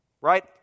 right